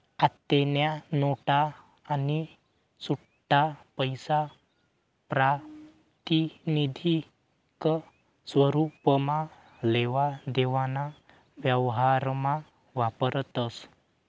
आत्तेन्या नोटा आणि सुट्टापैसा प्रातिनिधिक स्वरुपमा लेवा देवाना व्यवहारमा वापरतस